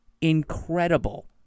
incredible